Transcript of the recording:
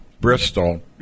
Bristol